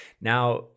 now